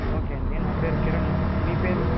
okay అండి నా పేరు కిరణ్ మీ పేరు